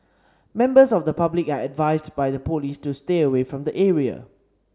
members of the public are advised by the police to stay away from the area